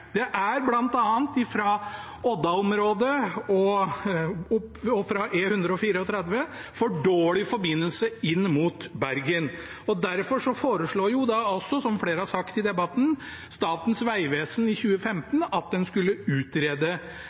Det er bl.a. fra Odda-området og fra E134 for dårlig forbindelse inn mot Bergen. Derfor foreslo altså, som flere har sagt i debatten, Statens vegvesen i 2015 at en skulle utrede